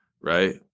right